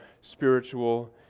spiritual